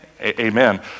amen